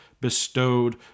bestowed